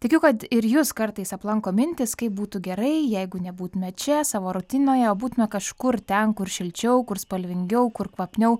tikiu kad ir jus kartais aplanko mintys kaip būtų gerai jeigu nebūtume čia savo rutinoje būtume kažkur ten kur šilčiau kur spalvingiau kur kvapniau